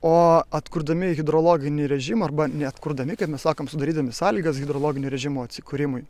o atkurdami hidrologinį režimą arba net kurdami kaip mes sakome sudarydami sąlygas hidrologiniu režimu atsikūrimui